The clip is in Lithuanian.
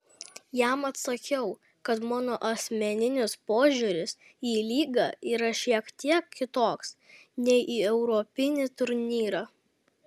jam atsakiau kad mano asmeninis požiūris į lygą yra šiek tiek kitoks nei į europinį turnyrą